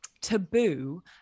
taboo